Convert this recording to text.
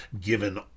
given